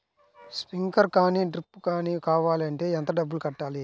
Sprinkler కానీ డ్రిప్లు కాని కావాలి అంటే ఎంత డబ్బులు కట్టాలి?